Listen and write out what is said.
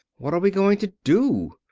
what are we going to do?